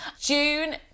June